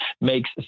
makes